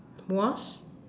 was